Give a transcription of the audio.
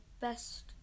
best